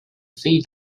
fill